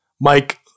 Mike